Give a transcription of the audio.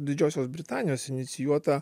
didžiosios britanijos inicijuota